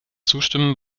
zustimmen